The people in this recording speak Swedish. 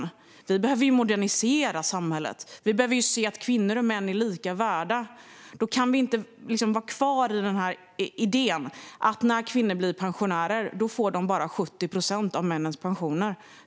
Vi behöver modernisera samhället. Vi behöver se att kvinnor och män är lika mycket värda. Då kan vi inte vara kvar i idén om att när kvinnor blir pensionärer ska de bara få 70 procent av vad männen får i pension.